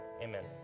amen